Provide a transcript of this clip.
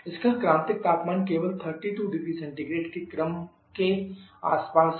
इसका क्रांतिक तापमान केवल 32℃ के क्रम के आसपास है